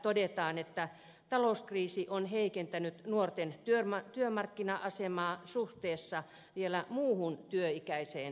todetaan että talouskriisi on heikentänyt nuorten työmarkkina asemaa suhteessa muuhun työikäiseen väestöön